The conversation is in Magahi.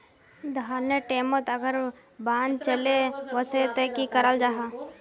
धानेर टैमोत अगर बान चले वसे ते की कराल जहा?